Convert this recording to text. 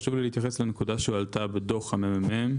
חשוב לי להתייחס לנקודה שהעלתה בדוח ה-ממ"מ,